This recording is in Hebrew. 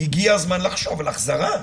הגיע הזמן לחשוב על החזרה,